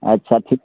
अच्छा ठीक